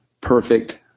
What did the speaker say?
perfect